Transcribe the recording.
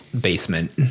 basement